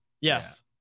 yes